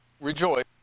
rejoice